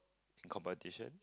competition